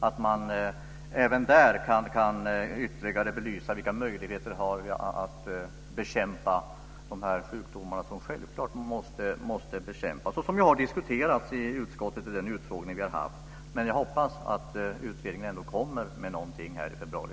Vi får förutsätta att man även där ytterligare kan belysa vilka möjligheter vi har att bekämpa de sjukdomar som självklart måste bekämpas och som har diskuterats i utskottet i den utfrågning vi har haft. Jag hoppas att utredningen ändå kommer med någonting i februari.